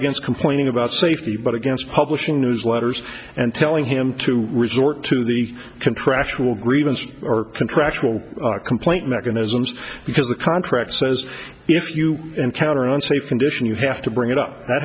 against complaining about safety but against publishing newsletters and telling him to resort to the contractual agreements or contractual complaint mechanisms because the contract says if you encounter an unsafe condition you have to bring it up that